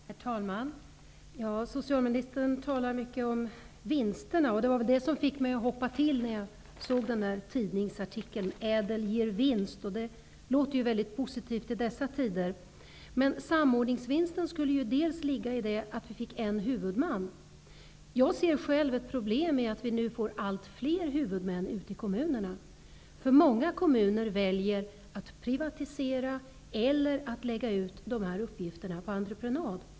Herr talman! Socialministern talar mycket om vinsterna, och det var påståendet om vinst som fick mig att hoppa till när jag såg tidningsartikeln. ÄDEL-reformen ger vinst -- det låter ju väldigt positivt i dessa tider. Men samordningsvinsten skulle ju delvis komma av att vi fick en huvudman. Jag ser själv ett problem i det faktum att vi nu får allt fler huvudmän ute i kommunerna. Många kommuner väljer att privatisera eller att lägga ut dessa uppgifter på entreprenad.